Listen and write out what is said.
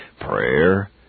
Prayer